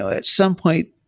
ah at some point,